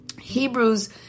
Hebrews